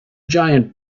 giant